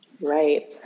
Right